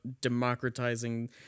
democratizing